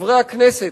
חברי הכנסת,